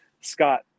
Scott